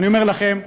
אני אומר לכם שהיום,